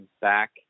back